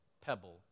pebble